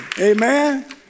Amen